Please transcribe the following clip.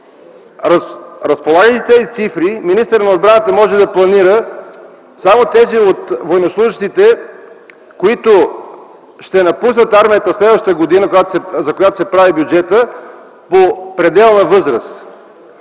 разполагайки с тези цифри, министърът на отбраната може да планира само тези от военнослужещите, които ще напуснат армията следващата година, за която се прави бюджетът, поради пределна възраст.